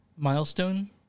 Milestone